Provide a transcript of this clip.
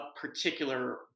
particular